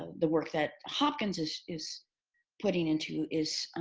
the work that hopkins is is putting into is